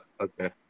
Okay